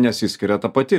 nesiskiria ta pati